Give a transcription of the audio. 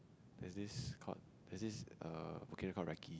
there's this called there's this err okay not Recky